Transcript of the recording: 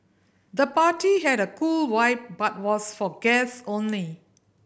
the party had a cool vibe but was for guest only